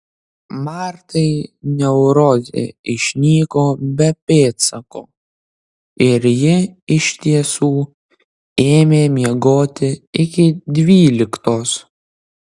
martai neurozė išnyko be pėdsako ir ji iš tiesų ėmė miegoti iki dvyliktos